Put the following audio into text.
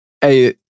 Hey